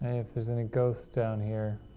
ah if there's any ghosts down here,